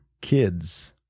kids